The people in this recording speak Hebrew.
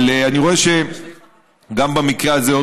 אבל אני רואה שגם במקרה הזה,